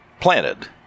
planted